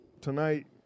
tonight